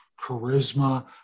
charisma